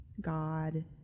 God